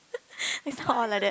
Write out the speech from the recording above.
next time how like that